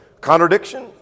Contradiction